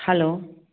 hello